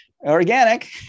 Organic